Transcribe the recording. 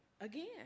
again